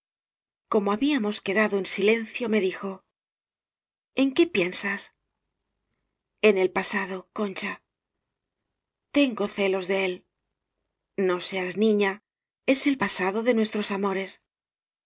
como habíamos quedado en silencio me dijo en qué piensas en el pasado concha tengo celos de él no seas niña es el pasado de nuestros amores